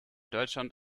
deutschland